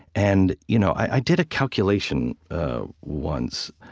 and you know i did a calculation once